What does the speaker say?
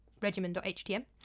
Regimen.htm